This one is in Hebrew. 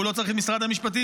הוא לא צריך את משרד המשפטים.